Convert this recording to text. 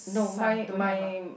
sun don't have ah